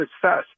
success